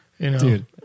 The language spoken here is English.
Dude